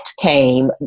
came